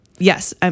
Yes